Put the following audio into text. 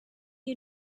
you